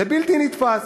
זה בלתי נתפס,